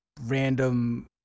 random